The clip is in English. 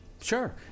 Sure